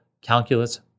calculus